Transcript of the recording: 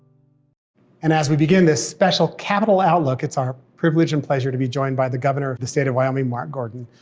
and as we begin this special capitol outlook, it's our privilege and pleasure to be joined by the governor of the state of wyoming, mark gordon.